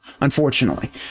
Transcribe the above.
unfortunately